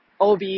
OB